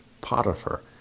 Potiphar